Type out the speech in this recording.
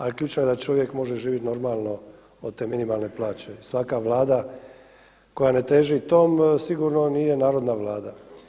Ali ključno je da čovjek može živjet normalno od te minimalne plaće i svaka Vlada koja ne teži tome sigurno nije narodna vlada.